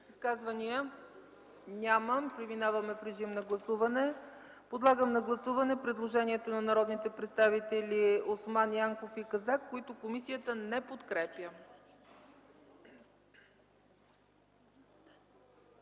Изказвания? Няма. Преминаваме в режим на гласуване. Подлагам на гласуване предложението на народните представители Осман, Янков и Казак, които комисията не подкрепя.